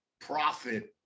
profit